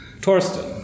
Torsten